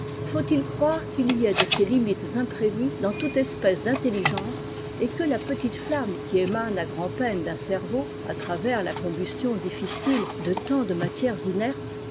faut-il croire qu'il y ait de ces limites imprévues dans toute espèce d'intelligence et que la petite flamme qui émane à grand'peine d'un cerveau à travers la combustion difficile de tant de matières inertes